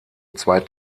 zwei